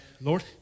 Lord